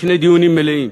בשני דיונים מלאים,